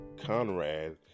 Conrad